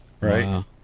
Right